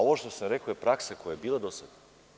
Ovo što sam rekao je praksa koja je bila do sada.